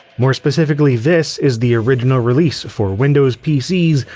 more specifically, this is the original release for windows pcs,